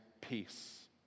peace